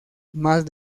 más